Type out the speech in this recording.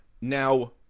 Now